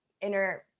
inner